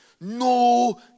no